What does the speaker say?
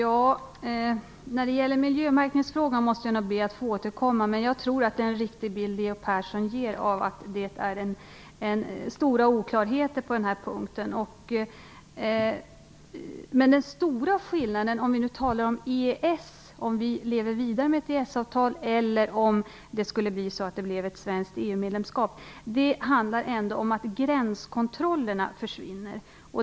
Fru talman! Till miljömärkningsfrågan måste jag nog be att få återkomma. Men jag tror att Leo Perssons bild är riktig - att det råder stora oklarheter på den här punkten. Den stora skillnaden, om vi talar om EES och lever vidare med ett EES-avtal eller om det blev ett svenskt ja till EU-medlemskap, handlar ändå om att gränskontrollerna försvinner.